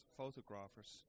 photographers